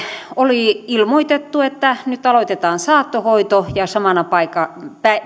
oli ilmoitettu että nyt aloitetaan saattohoito ja samana